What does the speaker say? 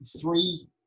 three